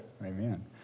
amen